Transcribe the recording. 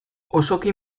osoki